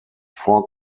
four